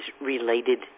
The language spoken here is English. related